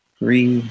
three